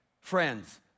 friends